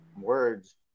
words